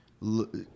look